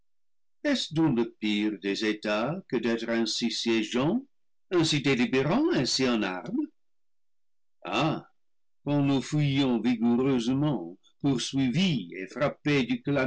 le pire des états que d'être ainsi siégeant ainsi délibérant ainsi en armes ah quand nous fuyions vigou reusement poursuivis et frappés